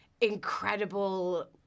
incredible